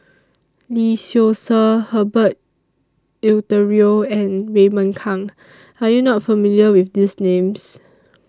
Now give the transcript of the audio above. Lee Seow Ser Herbert Eleuterio and Raymond Kang Are YOU not familiar with These Names